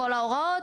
בכל ההוראות.